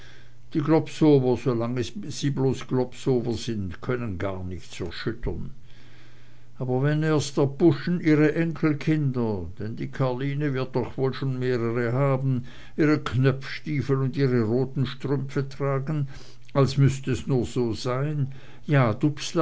die globsower solange sie bloß globsower sind können gar nichts erschüttern aber wenn erst der buschen ihre enkelkinder denn die karline wird doch wohl schon mehrere haben ihre knöpfstiefel und ihre roten strümpfe tragen als müßt es nur so sein ja